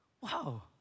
Wow